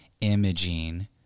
imaging